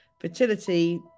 fertility